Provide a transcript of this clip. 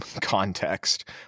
context